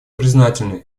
признательны